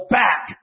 back